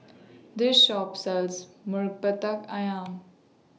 This Shop sells Ayam